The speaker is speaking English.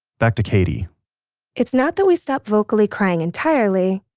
back to katy it's not that we stop vocally crying entirely,